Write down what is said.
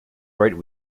right